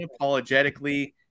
unapologetically